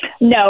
No